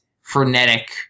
frenetic